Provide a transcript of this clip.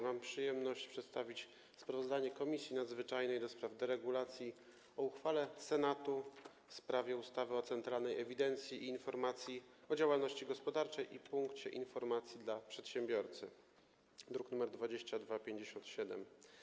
Mam przyjemność przedstawić sprawozdanie Komisji Nadzwyczajnej do spraw deregulacji o uchwale Senatu w sprawie ustawy o Centralnej Ewidencji i Informacji o Działalności Gospodarczej i Punkcie Informacji dla Przedsiębiorcy, druk nr 2257.